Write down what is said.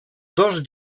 dos